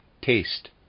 Taste